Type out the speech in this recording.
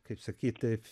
kaip sakyt taip